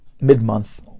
mid-month